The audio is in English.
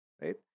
right